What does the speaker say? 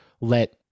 let